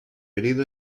herido